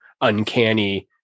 uncanny